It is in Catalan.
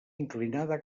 inclinada